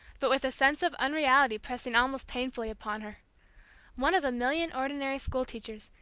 but with a sense of unreality pressing almost painfully upon her one of a million ordinary school teachers,